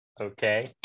Okay